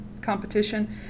competition